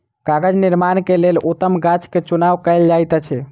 कागज़ निर्माण के लेल उत्तम गाछ के चुनाव कयल जाइत अछि